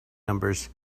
numbers